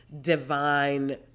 divine